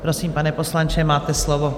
Prosím, pane poslanče, máte slovo.